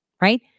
Right